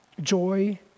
joy